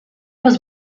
was